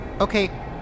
okay